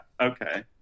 Okay